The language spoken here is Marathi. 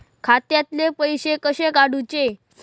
खात्यातले पैसे कसे काडूचे?